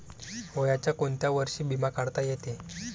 वयाच्या कोंत्या वर्षी बिमा काढता येते?